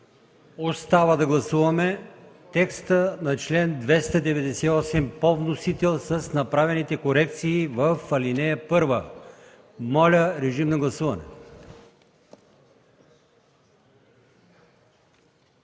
Остава да гласуваме текста на чл. 298 по вносител с направените корекции в ал. 1. Моля, гласувайте.